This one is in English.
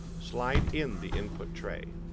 slide in the input tray.